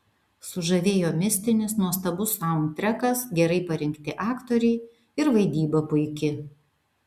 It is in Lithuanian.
sužavėjo mistinis nuostabus saundtrekas gerai parinkti aktoriai ir vaidyba puiki